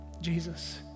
Jesus